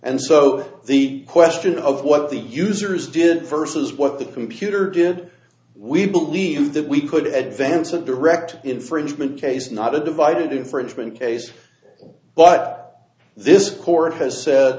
and so the question of what the users did first is what the computer did we believe that we could advents a direct infringement case not a divided infringement case but this court has said